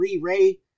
Ray